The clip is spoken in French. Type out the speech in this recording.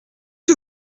que